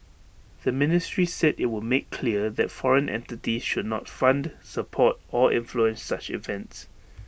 the ministry said IT would make clear that foreign entities should not fund support or influence such events